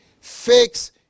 Fix